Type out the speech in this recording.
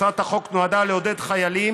הצעת החוק נועדה לעודד חיילים